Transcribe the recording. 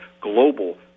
global